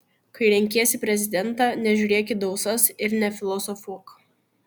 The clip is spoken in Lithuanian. kai renkiesi prezidentą nežiūrėk į dausas ir nefilosofuok